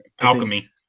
Alchemy